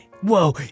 Whoa